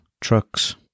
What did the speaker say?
trucks